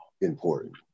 important